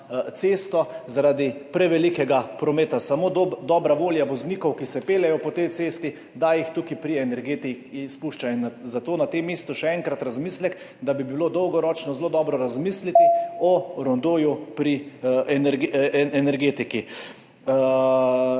cesto zaradi prevelikega prometa, samo dobra volja voznikov, ki se peljejo po tej cesti, da jih tukaj pri Energetiki spuščajo. Zato na tem mestu še enkrat razmislek, da bi bilo dolgoročno zelo dobro razmisliti o rondoju pri Energetiki.